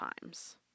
times